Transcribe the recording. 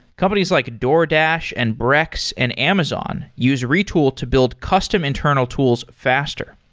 companies like a doordash, and brex, and amazon use retool to build custom internal tools faster.